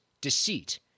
deceit